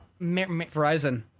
Verizon